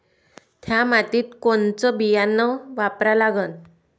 थ्या मातीत कोनचं बियानं वापरा लागन?